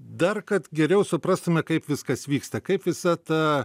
dar kad geriau suprastume kaip viskas vyksta kaip visa ta